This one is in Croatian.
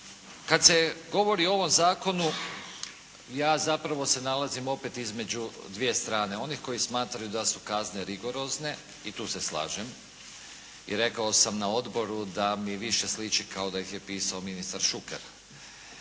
Kada se govori o ovom zakonu ja zapravo se nalazim opet između dvije strane onih koji smatraju da su kazne rigorozne i tu se slažem. I rekao sam na odboru da mi više sliči kao da ih je pisao ministar Šuker.